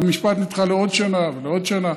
המשפט נדחה לעוד שנה ולעוד שנה,